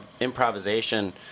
improvisation